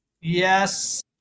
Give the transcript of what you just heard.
Yes